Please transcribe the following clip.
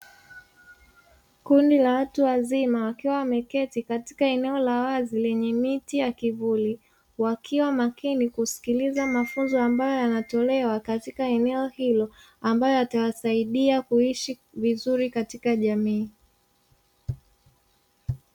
Kundi la watu wazima wakiwa wameketi katika eneo ya wazi lenye miti ya kivuli, wakiwa makini kusikiliza mafunzo ambayo yanatolewa katika eneo hilo, ambayo yatawasaidia kuishi vizuri katika jamii.